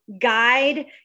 guide